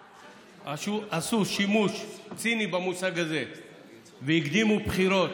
עשו שימוש ציני במושג הזה והקדימו בחירות